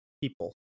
people